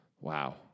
Wow